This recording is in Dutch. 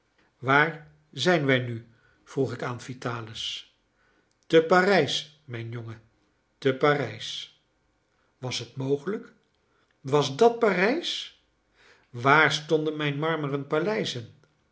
waar zijn wij nu vroeg ik aan vitalis te parijs mijn jongen te parijs was het mogelijk was dat parijs waar stonden mijn marmeren paleizen